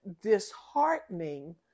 disheartening